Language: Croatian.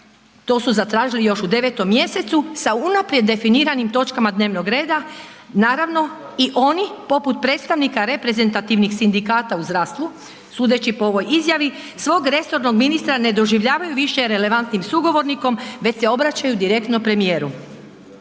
to su zatražili još u 9 mj. sa unaprijed definiranim točkama dnevnog reda. Naravno, i oni poput predstavnika reprezentativnih sindikata u zdravstvu, sudeći po ovoj izjavi, svog resornog ministra ne doživljavaju više relevantnim sugovornikom već se obraćaju direktno premijeru.